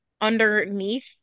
underneath